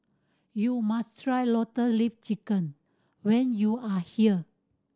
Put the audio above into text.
you must try Lotus Leaf Chicken when you are here